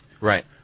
Right